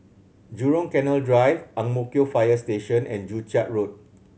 Jurong Canal Drive Ang Mo Kio Fire Station and Joo Chiat Road